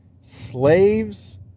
Slaves